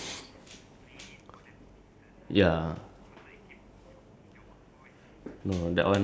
you say don't I don't don't do live lah because not trained for that and I'm too lazy to remember the whole script ya